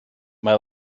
mae